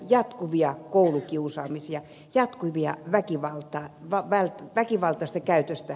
jatkuvia koulukiusaamisia jatkuvaa väkivaltaista käytöstä